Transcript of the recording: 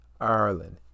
Ireland